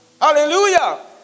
Hallelujah